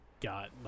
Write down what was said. got